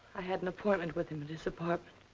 i had an appointment with him at his apartment.